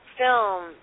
Film